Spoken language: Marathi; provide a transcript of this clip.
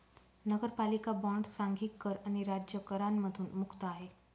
नगरपालिका बॉण्ड सांघिक कर आणि राज्य करांमधून मुक्त आहे